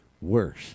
worse